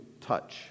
touch